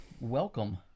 Welcome